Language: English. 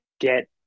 get